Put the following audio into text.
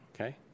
okay